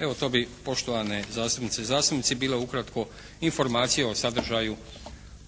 Evo to bi poštovane zastupnice i zastupnici bilo ukratko informacije o sadržaju